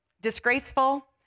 disgraceful